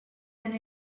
and